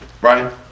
Brian